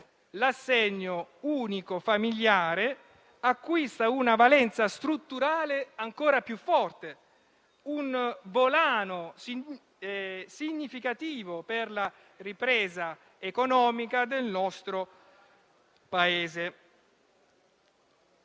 l'assegno unico familiare acquista una valenza strutturale ancora più forte, un volano significativo per la ripresa economica del nostro Paese.